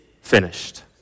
finished